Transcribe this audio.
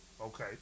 Okay